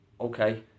okay